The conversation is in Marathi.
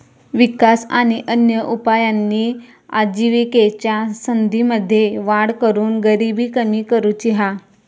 विकास आणि अन्य उपायांनी आजिविकेच्या संधींमध्ये वाढ करून गरिबी कमी करुची हा